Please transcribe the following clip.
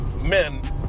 men